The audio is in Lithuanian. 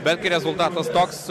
bet rezultatas toks